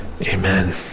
Amen